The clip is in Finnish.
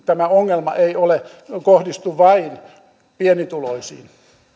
tämä ongelma leikkaus siis ei kohdistu vain pienituloisiin